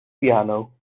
piano